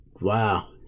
Wow